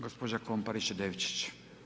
Gospođa Komparić-Devčić.